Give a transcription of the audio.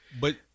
But-